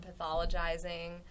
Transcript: pathologizing